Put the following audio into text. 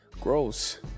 Gross